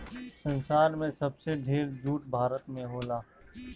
संसार में सबसे ढेर जूट भारत में होला